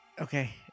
okay